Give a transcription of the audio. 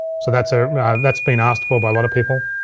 so that's ah that's been asked for by a lot of people.